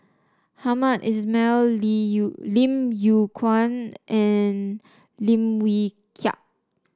Hamed Ismail Yew Lim Yew Kuan and Lim Wee Kiak